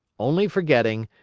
only forgetting,